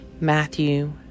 Matthew